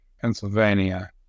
Pennsylvania